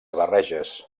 barreges